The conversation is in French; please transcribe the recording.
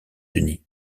unis